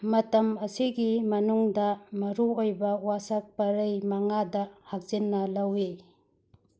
ꯃꯇꯝ ꯑꯁꯤꯒꯤ ꯃꯅꯨꯡꯗ ꯃꯔꯨ ꯑꯣꯏꯕ ꯋꯥꯁꯛ ꯄꯔꯩ ꯃꯉꯥꯗ ꯍꯛꯆꯤꯟꯅ ꯂꯧꯏ